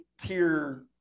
tier